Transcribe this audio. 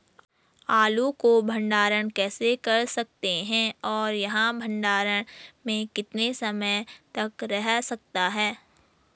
आलू को भंडारण कैसे कर सकते हैं और यह भंडारण में कितने समय तक रह सकता है?